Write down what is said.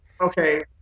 Okay